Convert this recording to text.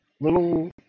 little